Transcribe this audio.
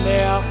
now